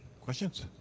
Questions